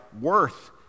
worth